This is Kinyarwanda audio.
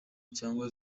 cyangwa